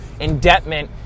indebtment